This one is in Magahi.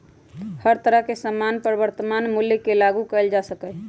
हर तरह के सामान पर वर्तमान मूल्य के लागू कइल जा सका हई